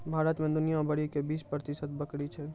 भारत मे दुनिया भरि के बीस प्रतिशत बकरी छै